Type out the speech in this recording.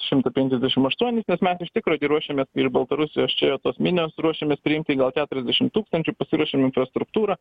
šimtą penkiasdešim aštuonis nes mes iš tikro gi ruošiamės ir baltarusijos čia tos minios ruošiamės priimti gal keturiasdešim tūkstančių pasiruošim infrastruktūrą